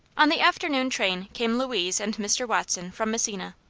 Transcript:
on the afternoon train came louise and mr. watson from messina.